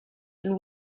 and